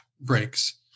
breaks